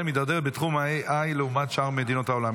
מידרדרת בתחום ה-AI לעומת שאר מדינות העולם.